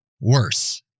worse